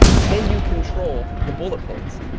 can you control the bullet points?